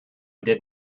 did